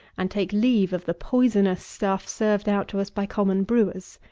and take leave of the poisonous stuff served out to us by common brewers.